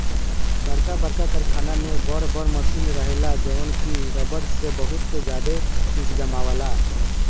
बरका बरका कारखाना में बर बर मशीन रहेला जवन की रबड़ से बहुते ज्यादे चीज बनायेला